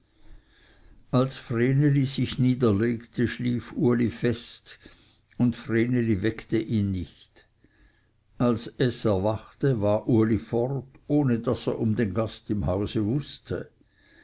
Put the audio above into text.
als vreneli sich niederlegte schlief uli fest und vreneli weckte ihn nicht als es erwachte war uli fort ohne daß er um den gast im hause wußte